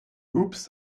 oops